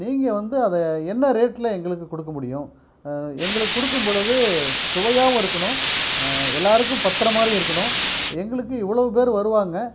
நீங்கள் வந்து அதை என்ன ரேட்டில் எங்களுக்கு கொடுக்க முடியும் எங்களுக்கு கொடுக்கும் பொழுது சுவையாகவும் இருக்கணும் எல்லோருக்கும் பத்துகிற மாதிரியும் இருக்கணும் எங்களுக்கு இவ்வளோ பேர் வருவாங்க